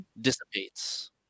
dissipates